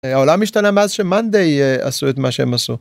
העולם משתנה מאז שמאנדי עשו את מה שהם עשו.